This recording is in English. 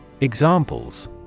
Examples